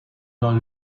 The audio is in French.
dans